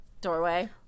doorway